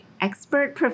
expert